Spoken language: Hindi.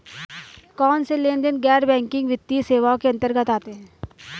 कौनसे लेनदेन गैर बैंकिंग वित्तीय सेवाओं के अंतर्गत आते हैं?